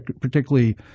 particularly